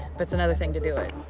but it's another thing to do it.